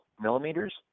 millimeters